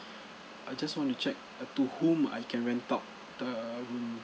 I just want to check uh to whom I can rent out the room